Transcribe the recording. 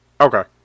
Okay